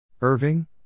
Irving